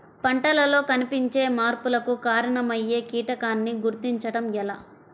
పంటలలో కనిపించే మార్పులకు కారణమయ్యే కీటకాన్ని గుర్తుంచటం ఎలా?